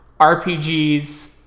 RPGs